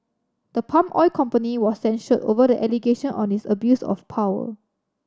the palm oil company was censured over the allegation on its abuse of power